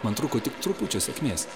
man trūko tik trupučio sėkmės